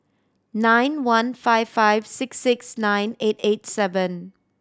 nine one five five six six nine eight eight seven